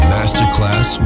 Masterclass